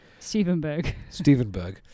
Stevenberg